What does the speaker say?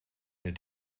het